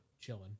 chilling